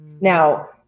Now